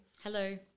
Hello